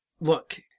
look